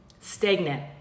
Stagnant